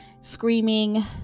screaming